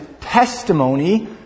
testimony